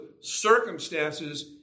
circumstances